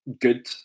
good